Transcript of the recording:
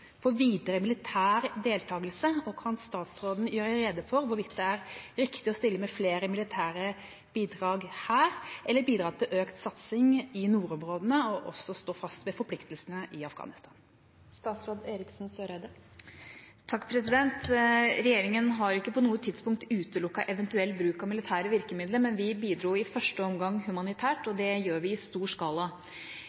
videre militær deltakelse? Kan statsråden gjøre rede for hvorvidt det er riktig å stille med flere militære bidrag her, eller bidra til økt satsing i nordområdene, og også stå fast ved forpliktelsene i Afghanistan? Regjeringa har ikke på noe tidspunkt utelukket eventuell bruk av militære virkemidler, men vi bidro i første omgang humanitært, og